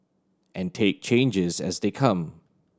and take changes as they come